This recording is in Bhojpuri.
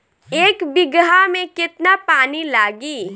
एक बिगहा में केतना पानी लागी?